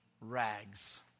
rags